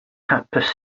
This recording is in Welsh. hapus